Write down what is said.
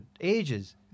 ages